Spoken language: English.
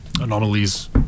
anomalies